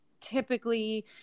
typically